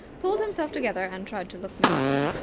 pulled himself together and tried to look menacing.